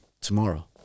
tomorrow